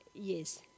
Yes